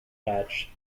thatch